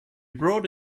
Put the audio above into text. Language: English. brought